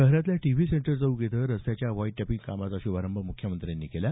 शहरातल्या TV centre चौक इथं रस्त्याच्या व्हाईट टॅपिंग कामाचा श्भारंभ मुख्यमंत्र्यांनी केला